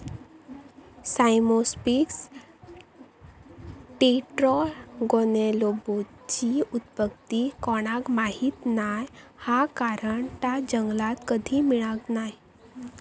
Cyamopsis टेट्रागोनोलोबाची उत्पत्ती कोणाक माहीत नाय हा कारण ता जंगलात कधी मिळाक नाय